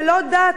ולא דת,